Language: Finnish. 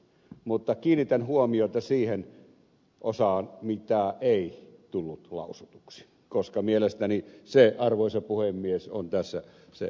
mutta kiinnitän huomiota siihen osaan mikä ei tullut lausutuksi koska mielestäni se arvoisa puhemies on tässä se olennaisempi osa